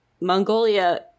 Mongolia